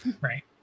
Right